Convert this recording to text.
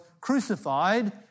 crucified